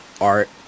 art